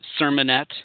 sermonette